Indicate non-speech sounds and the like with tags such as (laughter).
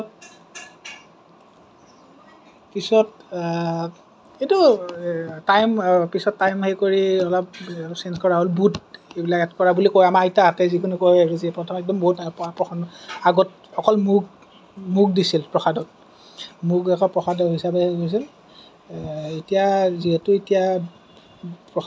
পিছত এইটো টাইম পিছত টাইম হেৰি কৰি অলপ ছেইঞ্জ কৰা হ'ল বুট এইবিলাক এড কৰা বুলি আমাৰ আইতাহঁতে যিখিনি কয় (unintelligible) আগত অকল মুগ মুগ দিছিল প্ৰসাদত মুগ অকল প্ৰসাদ হিচাপে দিছিল এতিয়া যিহেতু এতিয়া